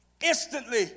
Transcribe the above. Instantly